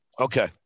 Okay